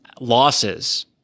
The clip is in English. losses